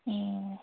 ꯑꯣ